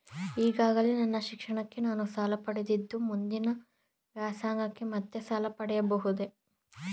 ಈಗಾಗಲೇ ನನ್ನ ಶಿಕ್ಷಣಕ್ಕೆ ನಾನು ಸಾಲ ಪಡೆದಿದ್ದು ಮುಂದಿನ ವ್ಯಾಸಂಗಕ್ಕೆ ಮತ್ತೆ ಸಾಲ ಪಡೆಯಬಹುದೇ?